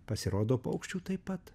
pasirodo paukščių taip pat